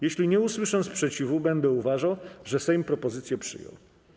Jeśli nie usłyszę sprzeciwu, będę uważał, że Sejm propozycje przyjął.